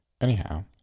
Anyhow